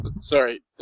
Sorry